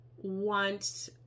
want